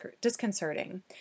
disconcerting